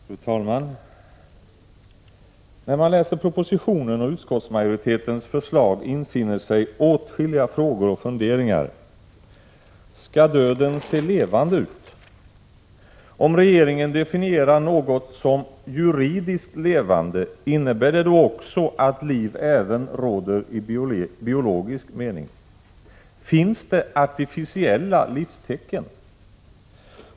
Fru talman! När man läser propositionen och utskottsmajoritetens förslag infinner sig åtskilliga frågor och funderingar. Skall döden se levande ut? Om regeringen definierar något som ”juridiskt levande”, innebär det då också att liv råder även i biologisk mening? Finns det ”artificiella livstecken”?